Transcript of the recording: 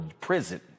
prison